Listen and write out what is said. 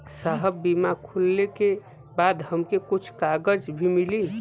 साहब बीमा खुलले के बाद हमके कुछ कागज भी मिली?